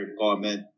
comment